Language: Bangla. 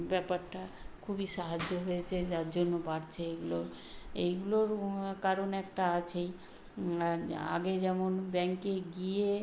ব্যাপারটা খুবই সাহায্য হয়েছে যার জন্য বাড়ছে এগুলো এইগুলোর কারণ একটা আছেই আগে যেমন ব্যাংকে গিয়ে